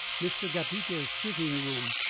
mr. gabbitas's sitting-room,